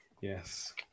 yes